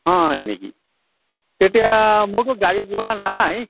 হয় নেকি তেতিয়া মোৰতো গাড়ী ঘোৰা নাই